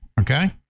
Okay